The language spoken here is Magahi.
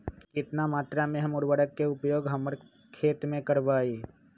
कितना मात्रा में हम उर्वरक के उपयोग हमर खेत में करबई?